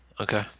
Okay